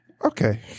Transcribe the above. Okay